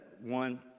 one